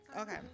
okay